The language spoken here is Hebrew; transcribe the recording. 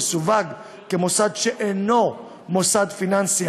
יסווג המוסד כמוסד שאינו מוסד פיננסי